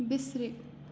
بِسرِ